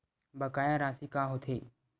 बकाया राशि का होथे?